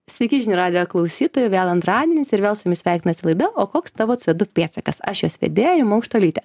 sveiki žinių radijo klausytojai vėl antradienis ir vėl su jumis sveikinasi laida o koks tavo co du pėdsakas aš jos vedėja ima aukštuolytė